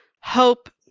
hope